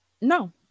No